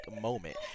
moment